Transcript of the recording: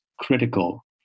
critical